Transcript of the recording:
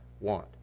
want